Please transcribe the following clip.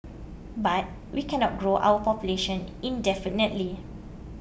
but we cannot grow our population indefinitely